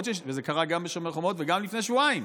וזה קרה גם בשומר חומות וגם לפני שבועיים,